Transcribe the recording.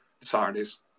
Saturdays